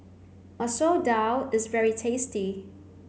Masoor Dal is very tasty